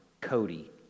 Cody